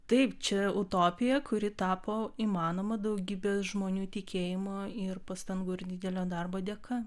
taip čia utopija kuri tapo įmanoma daugybės žmonių tikėjimo ir pastangų ir didelio darbo dėka